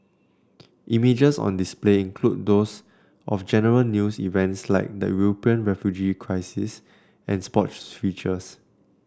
images on display include those of general news events like the European refugee crisis and sports features